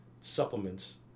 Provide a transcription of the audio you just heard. supplements